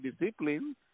discipline